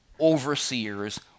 overseers